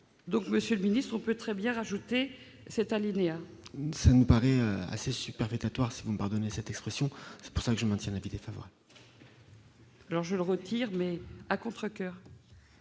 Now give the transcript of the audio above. Donc, Monsieur le Ministre, peut très bien rajouter cet alinéa. ça nous paraît assez superfétatoire, si vous me pardonnez cette expression, c'est pour ça que je maintiens naviguer Favre. Alors je retire mais à contrecoeur.